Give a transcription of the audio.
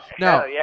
No